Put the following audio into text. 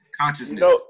Consciousness